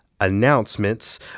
announcements